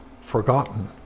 forgotten